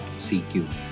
CQ